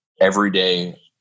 everyday